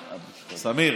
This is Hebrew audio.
סמיר.